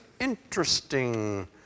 interesting